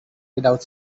without